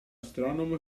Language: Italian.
astronomo